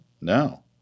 No